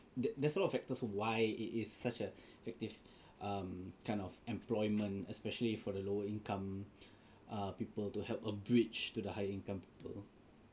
the there's a lot of factors why it is such uh active um kind of employment especially for the lower income uh people to help a bridge to the higher income people